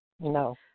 No